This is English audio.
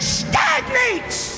stagnates